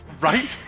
right